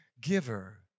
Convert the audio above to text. giver